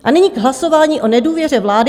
A nyní k hlasování o nedůvěře vlády.